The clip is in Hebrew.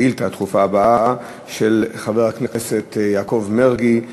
השאילתה הדחופה הבאה של חבר הכנסת יעקב מרגי.